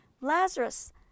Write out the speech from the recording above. Lazarus